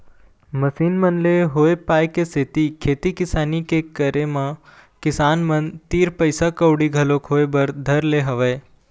machine मन ले होय पाय के सेती खेती किसानी के करे म किसान मन तीर पइसा कउड़ी घलोक होय बर धर ले हवय